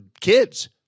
kids